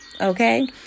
okay